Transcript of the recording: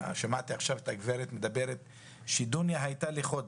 שמעתי עכשיו את הגברת מדברת שדוניא הייתה לחודש.